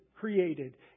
Created